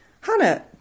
Hannah